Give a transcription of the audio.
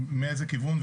מאיזה כיוון,